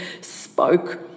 spoke